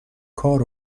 کار